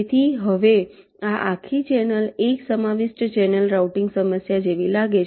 તેથી હવે આ આખી ચેનલ એક સમાવિષ્ટ ચેનલ રાઉટિંગ સમસ્યા જેવી લાગે છે